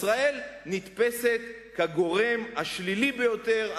ישראל נתפסת כגורם השלילי ביותר,